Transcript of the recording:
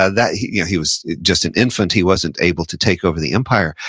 ah that he yeah he was just an infant, he wasn't able to take over the empire.